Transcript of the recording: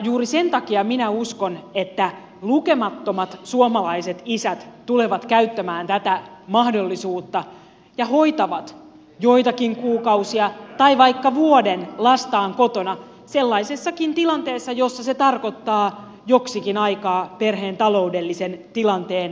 juuri sen takia minä uskon että lukemattomat suomalaiset isät tulevat käyttämään tätä mahdollisuutta ja hoitavat joitakin kuukausia tai vaikka vuoden lastaan kotona sellaisessakin tilanteessa jossa se tarkoittaa joksikin aikaa perheen taloudellisen tilanteen kiristymistä